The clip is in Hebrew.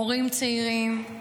הורים צעירים,